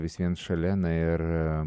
vis vien šalia na ir